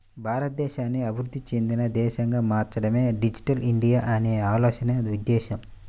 భారతదేశాన్ని అభివృద్ధి చెందిన దేశంగా మార్చడమే డిజిటల్ ఇండియా అనే ఆలోచన ఉద్దేశ్యం